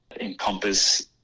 encompass